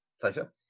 Pleasure